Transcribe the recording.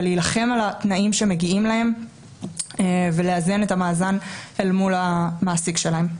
ולהילחם על התנאים שמגיעים להם ולאזן את המאזן אל מול המעסיק שלהם.